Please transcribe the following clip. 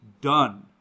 done